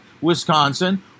Wisconsin